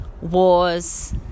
wars